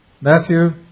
Matthew